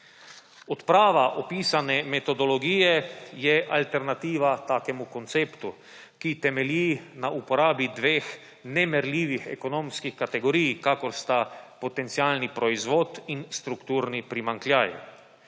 Odprava opisane metodologije je alternativa takemu konceptu, ki temelji na uporabi dveh nemerljivih ekonomskih kategorij, kakor sta potencialni proizvod in strukturni primanjkljaj.